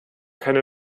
keine